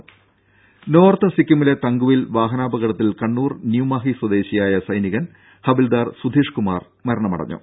ദേദ നോർത്ത് സിക്കിമിലെ തങ്കുവിൽ വാഹനാപകടത്തിൽ കണ്ണൂർ ന്യൂ മാഹി സ്വദേശിയായ സൈനികൻ ഹവിൽദാർ സുധീഷ് കുമാർ മരിച്ചു